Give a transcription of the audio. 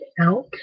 out